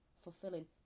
fulfilling